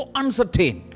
uncertain